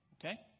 Okay